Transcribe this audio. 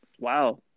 Wow